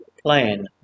plan